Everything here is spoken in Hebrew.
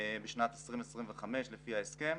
בשנת 2025 לפי ההסכם.